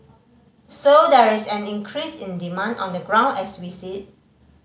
so there is an increase in demand on the ground as we see